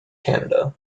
canada